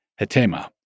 hetema